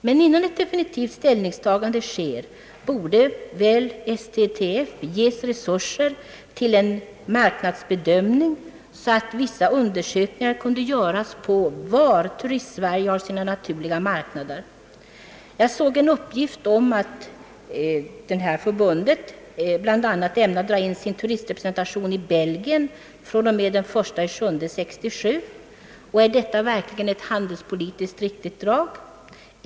Men innan ett definitivt ställningstagande sker borde väl STTF få resurser till en marknadsbedömning så att vissa undersökningar kunde göras på var ”Turistsverige har sina naturliga marknader. Jag såg en uppgift om att detta förbund bl.a. ämnar dra in sin turistrepresentation i Belgien den 1 juli 1967. Är detta verkligen ett handelspolitiskt riktigt drag?